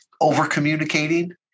over-communicating